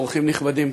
אורחים נכבדים,